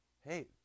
hey